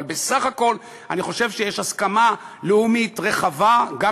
אבל בסך הכול אני חושב שיש הסכמה לאומית רחבה גם